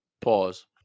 Pause